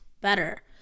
better